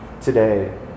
today